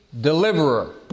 Deliverer